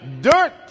dirt